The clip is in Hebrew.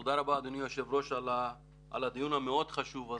תודה רבה אדוני היו"ר על הדיון המאוד חשוב הזה.